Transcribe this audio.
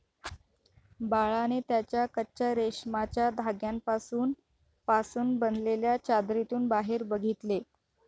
बाळाने त्याच्या कच्चा रेशमाच्या धाग्यांपासून पासून बनलेल्या चादरीतून बाहेर बघितले